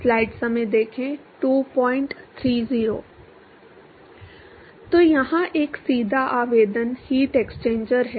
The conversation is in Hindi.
तो यहाँ एक सीधा आवेदन हीट एक्सचेंजर है